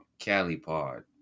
CaliPod